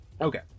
Okay